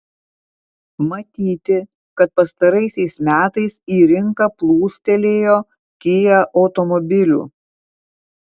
matyti kad pastaraisiais metais į rinką plūstelėjo kia automobilių